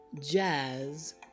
Jazz